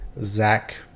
Zach